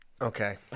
okay